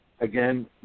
Again